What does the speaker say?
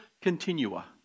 Continua